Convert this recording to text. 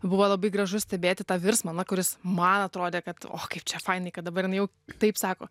buvo labai gražu stebėti tą virsmą kuris man atrodė kad o kaip čia fainai kad dabar jau taip sako